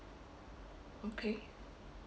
okay